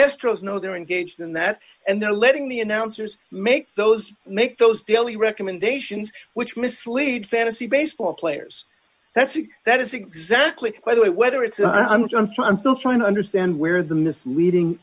astros know they're engaged in that and they're letting the announcers make those make those daily recommendations which mislead fantasy baseball players that's it that is exactly by the way whether it's i'm just i'm still trying to understand where the misleading